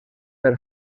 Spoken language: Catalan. per